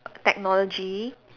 technology